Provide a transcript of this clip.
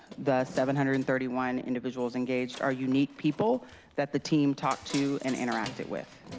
the seven hundred and thirty one individuals engaged are unique people that the team talked to and interacted with.